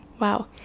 wow